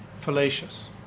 fallacious